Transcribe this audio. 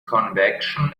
convection